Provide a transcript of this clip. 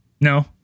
No